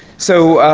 so,